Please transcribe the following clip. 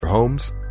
homes